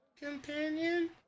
companion